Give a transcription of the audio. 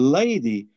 lady